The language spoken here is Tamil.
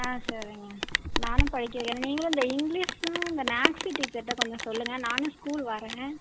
ஆ சரிங்க நானும் படிக்க வைக்கிறேன் நீங்களும் இந்த இங்கிலீஷும் இந்த மேக்ஸு டீச்சர்கிட்ட கொஞ்சம் சொல்லுங்க நானும் ஸ்கூல் வரேங்க